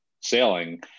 sailing